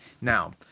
Now